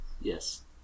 Yes